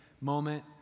moment